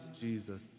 Jesus